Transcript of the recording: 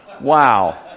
Wow